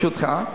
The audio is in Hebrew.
ברשותך,